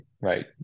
right